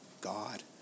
God